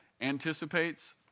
anticipates